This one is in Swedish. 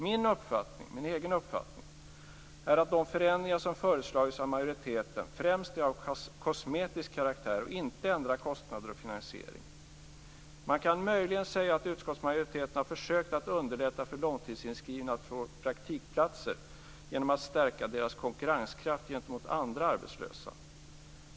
Min egen uppfattning är att de förändringar som föreslagits av majoriteten främst är av kosmetisk karaktär och inte ändrar kostnader eller finansiering. Man kan möjligen säga att utskottsmajoriteten har försökt att underlätta för långtidsinskrivna att få praktikplatser genom att stärka deras "konkurrenskraft" gentemot andra arbetslösa.